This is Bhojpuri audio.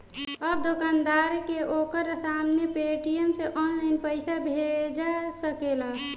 अब दोकानदार के ओकरा सामने पेटीएम से ऑनलाइन पइसा भेजा सकेला